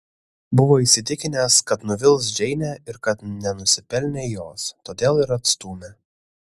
buvo įsitikinęs kad nuvils džeinę ir kad nenusipelnė jos todėl ir atstūmė